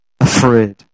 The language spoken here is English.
afraid